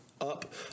up